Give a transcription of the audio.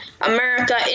America